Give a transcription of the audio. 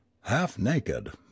half-naked